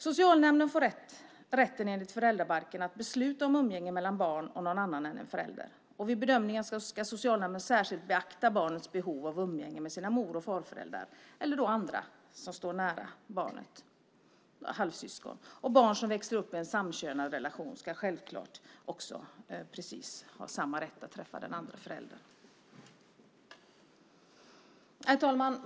Socialnämnden får rätten, enligt föräldrabalken, att besluta om umgänge mellan barn och någon annan än en förälder. Vid bedömningen ska socialnämnden särskilt beakta barnets behov av umgänge med sina mor och farföräldrar eller andra som står nära barnet, till exempel halvsyskon. Och barn som växer upp med en samkönad relation ska självklart också ha precis samma rätt att träffa den andra föräldern. Herr talman!